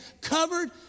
covered